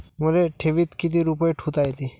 मले ठेवीत किती रुपये ठुता येते?